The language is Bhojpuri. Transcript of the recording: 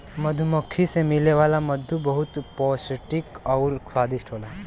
मधुमक्खी से मिले वाला मधु बहुते पौष्टिक आउर स्वादिष्ट होला